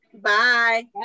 Bye